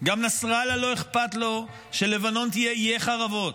גם נסראללה לא אכפת לו שלבנון תהיה עיי חורבות.